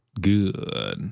Good